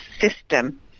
system